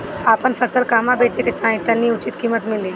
आपन फसल कहवा बेंचे के चाहीं ताकि उचित कीमत मिली?